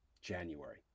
January